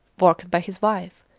worked by his wife,